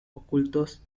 ocultos